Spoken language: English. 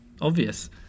obvious